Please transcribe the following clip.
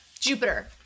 Jupiter